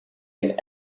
had